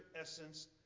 essence